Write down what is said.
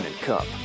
Cup